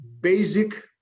basic